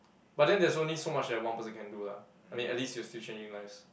but then there's only so much that one person can do lah I mean at least you're still changing lives